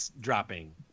dropping